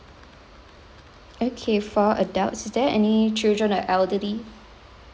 okay four adults is there any children or elderly